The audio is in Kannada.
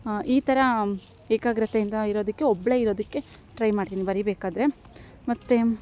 ಈ ಥರ ಏಕಾಗ್ರತೆಯಿಂದ ಇರೋದಕ್ಕೆ ಒಬ್ಬಳೆ ಇರೋದಕ್ಕೆ ಟ್ರೈ ಮಾಡ್ತಿನಿ ಬರಿಬೇಕಾದರೆ ಮತ್ತು